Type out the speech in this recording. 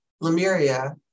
Lemuria